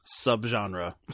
subgenre